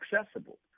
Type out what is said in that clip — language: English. accessible